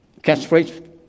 Catchphrase